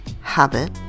Habit